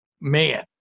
man